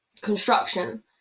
construction